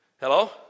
Hello